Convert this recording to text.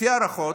לפי הערכות,